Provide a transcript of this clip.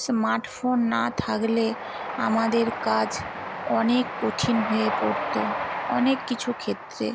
smart phone না থাকলে আমাদের কাজ অনেক কঠিন হয়ে পড়তো অনেক কিছু ক্ষেত্রে